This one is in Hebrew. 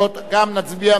גם נצביע מייד